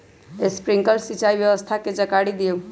Sprinkler सिंचाई व्यवस्था के जाकारी दिऔ?